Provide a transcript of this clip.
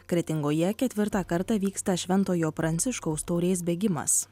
kretingoje ketvirtą kartą vyksta šventojo pranciškaus taurės bėgimas